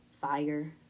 fire